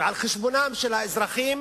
ועל חשבונם של האזרחים